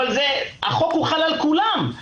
אבל החוק חל על כולם.